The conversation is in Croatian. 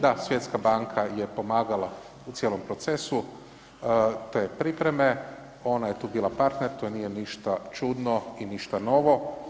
Da, Svjetska banka je pomagala u cijelom procesu te pripreme, ona je tu bila partner, to nije ništa čudno i ništa novo.